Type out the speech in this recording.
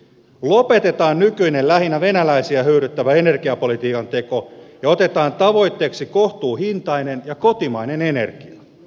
lopetetaan nykyinen lähinnä venäläisiä hyödyttävä energiapolitiikan teko ja otetaan tavoitteeksi kohtuuhintainen ja kotimainen energia